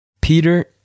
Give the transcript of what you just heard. Peter